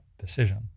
decision